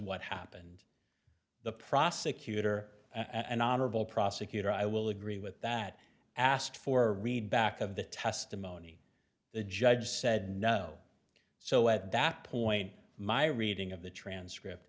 what happened the prosecutor and honorable prosecutor i will agree with that asked for read back of the testimony the judge said no so at that point my reading of the transcript